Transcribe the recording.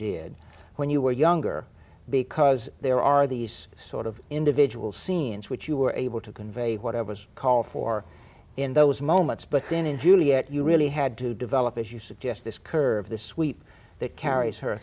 did when you were younger because there are these sort of individual scenes which you were able to convey what i was called for in those moments but then in juliet you really had to develop as you suggest this curve the sweep that carries her